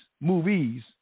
movies